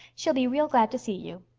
she'll be real glad to see you.